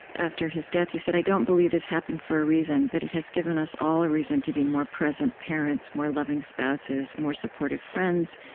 after his death, you said, i don't believe this happened for a reason, but it has given us all a reason to be more present parents, more loving spouses, more supportive friends,